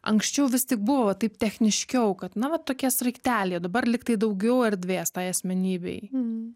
anksčiau vis tik buvo taip techniškiau kad na va tokie sraigteliai o dabar lygtai daugiau erdvės tai asmenybei